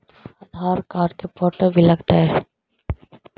आधार card के photo भी लग तै?